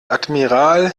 admiral